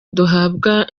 duhabwa